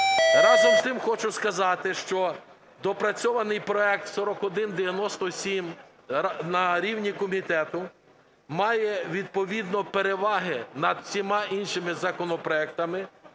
Разом з тим хочу сказати, що доопрацьований проект 4197 на рівні комітету має відповідно переваги над всіма іншими законопроектами,